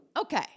Okay